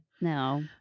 No